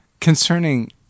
Concerning